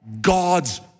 God's